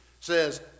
says